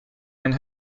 and